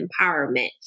empowerment